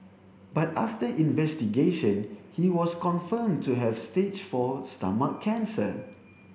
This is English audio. but after investigation he was confirmed to have stage four stomach cancer